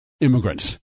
immigrants